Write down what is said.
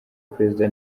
perezida